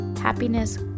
happiness